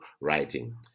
writing